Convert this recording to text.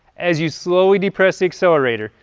as you slowly depress the accelerator,